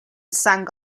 sang